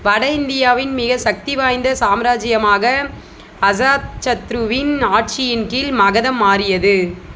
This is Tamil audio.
வட இந்தியாவின் மிக சக்திவாய்ந்த சாம்ராஜ்யமாக அஜாத்சத்ருவின் ஆட்சியின் கீழ் மகதம் மாறியது